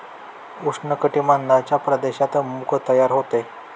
उष्ण कटिबंधाच्या प्रदेशात मूग तयार होते